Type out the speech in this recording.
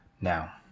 Now